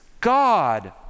God